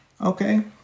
Okay